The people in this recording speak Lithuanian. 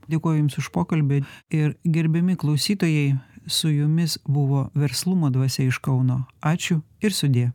dėkoju jums už pokalbį ir gerbiami klausytojai su jumis buvo verslumo dvasia iš kauno ačiū ir sudie